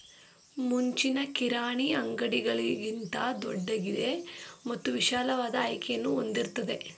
ಮುಂಚಿನ ಕಿರಾಣಿ ಅಂಗಡಿಗಳಿಗಿಂತ ದೊಡ್ದಾಗಿದೆ ಮತ್ತು ವಿಶಾಲವಾದ ಆಯ್ಕೆಯನ್ನು ಹೊಂದಿರ್ತದೆ